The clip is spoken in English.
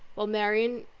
while marianne,